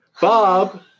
Bob